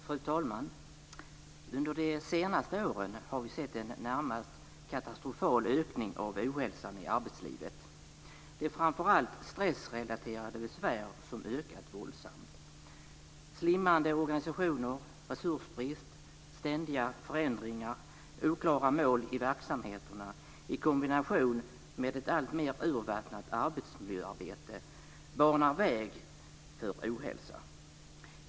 Fru talman! Under de senaste åren har vi sett en närmast katastrofal ökning av ohälsan i arbetslivet. Det är framför allt stressrelaterade besvär som ökar våldsamt. Slimmade organisationer, resursbrist, ständiga förändringar och oklara mål i verksamheterna i kombination med ett alltmer urvattnat arbetsmiljöarbete banar väg för ohälsa.